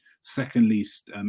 second-least